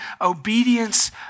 obedience